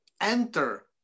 enter